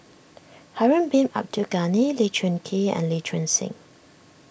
Harun Bin Abdul Ghani Lee Choon Kee and Lee Choon Seng